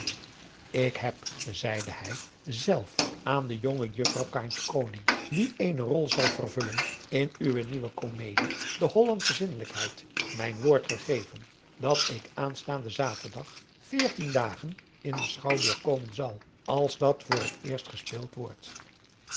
ik heb zeide hij zelf aan de jonge adriaan loosjes pzn het leven van johannes wouter blommesteyn juffrouw kaatje koning die eene rol zal vervullen in uwe nieuwe komedie de hollandsche zinnelijkheid mijn woord gegeven dat ik aanstaanden zaturdag veertien dagen in den schouwburg komen zal als dat voor het eerst gespeeld wordt